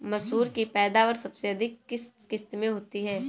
मसूर की पैदावार सबसे अधिक किस किश्त में होती है?